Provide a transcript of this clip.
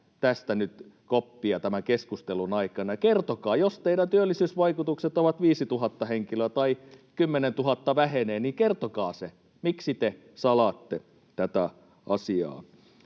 tästä nyt koppia tämän keskustelun aikana ja kertokaa, jos teidän työllisyysvaikutuksenne ovat 5 000 henkilöä tai 10 000 vähenee. Kertokaa se. Miksi te salaatte tätä asiaa?